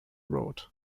road